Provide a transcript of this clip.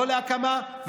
לא הקמה,